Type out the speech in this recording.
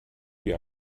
wie